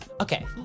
okay